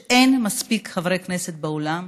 שאין מספיק חברי כנסת באולם